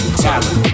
talent